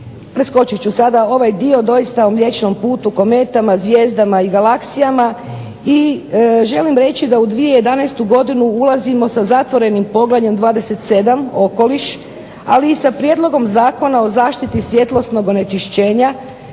Preskočiti ću sada ovaj dio doista o mliječnom putu, kometima, zvijezdama i galaksijama i želim reći da u 2011. godinu ulazimo sa zatvorenim poglavljem 27. Okoliš, ali sa Prijedlogom zakona o zaštiti od svjetlosnog onečišćenja